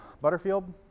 Butterfield